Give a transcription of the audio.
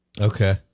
Okay